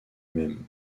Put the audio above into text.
même